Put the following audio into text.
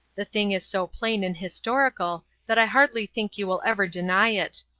the thing is so plain and historical that i hardly think you will ever deny it.